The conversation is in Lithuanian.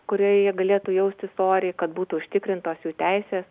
kurioje jie galėtų jaustis oriai kad būtų užtikrintos jų teisės